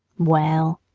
well,